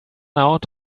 out